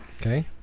Okay